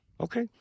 Okay